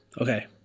Okay